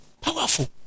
powerful